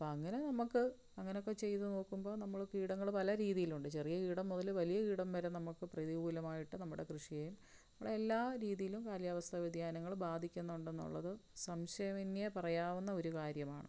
അപ്പോള് അങ്ങനെ നമുക്ക് അങ്ങനെയൊക്കെ ചെയ്തുനോക്കുമ്പോള് നമ്മള് കീടങ്ങള് പല രീതിയിലുണ്ട് ചെറിയ കീടം മുതല് വലിയ കീടം വരെ നമുക്കു പ്രതികൂലമായിട്ടു നമ്മുടെ കൃഷിയെ നമ്മളെ എല്ലാ രീതിയിലും കാലാവസ്ഥ വ്യതിയാനങ്ങള് ബാധിക്കുന്നുണ്ടെന്നുള്ളതു സംശയമന്യേ പറയാവുന്ന ഒരു കാര്യമാണ്